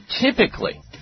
typically